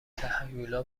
هیولا